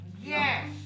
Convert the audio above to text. Yes